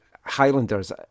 highlanders